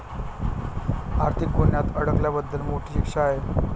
आर्थिक गुन्ह्यात अडकल्याबद्दल मोठी शिक्षा आहे